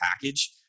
package